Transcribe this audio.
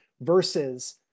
versus